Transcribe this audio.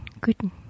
good